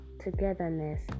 Togetherness